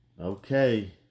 Okay